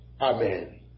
Amen